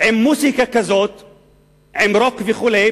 עם מוזיקת רוק וכו'.